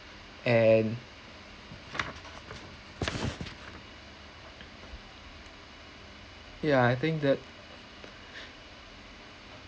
and yeah I think that